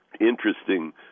interesting